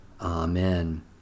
Amen